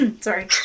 sorry